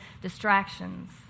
distractions